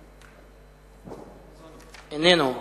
איננו.